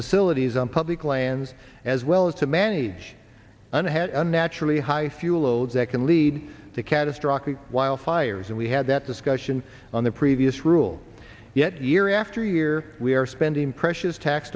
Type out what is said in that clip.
facilities on public lands as well as to manage and unnaturally high fuel loads that can lead to catastrophic wildfires and we had that discussion on the previous rule yet year after year we are spending precious tax